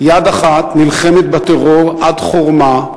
יד אחת נלחמת בטרור עד חורמה,